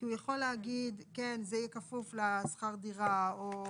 כי הוא יכול להגיד שכן, זה היה כפוף לשכר דירה, או